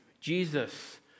Jesus